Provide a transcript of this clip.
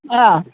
ꯑꯥ